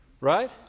Right